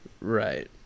Right